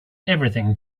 everything